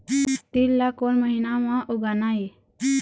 तील ला कोन महीना म उगाना ये?